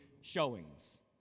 showings